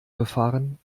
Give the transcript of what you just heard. befahren